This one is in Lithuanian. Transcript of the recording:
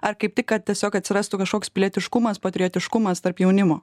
ar kaip tik kad tiesiog atsirastų kažkoks pilietiškumas patriotiškumas tarp jaunimo